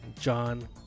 John